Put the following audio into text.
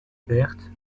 berthe